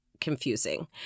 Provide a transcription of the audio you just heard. confusing